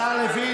השר לוין,